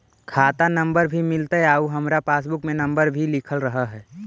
खाता नंबर भी मिलतै आउ हमरा पासबुक में नंबर लिखल रह है?